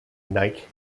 nike